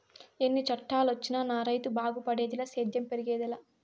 ఎన్ని చట్టాలొచ్చినా నా రైతు బాగుపడేదిలే సేద్యం పెరిగేదెలా